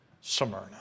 Smyrna